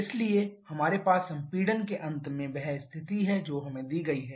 इसलिए हमारे पास संपीड़न के अंत में वह स्थिति है जो हमें दी गई है